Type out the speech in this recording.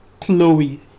Chloe